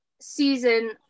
season